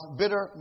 bitter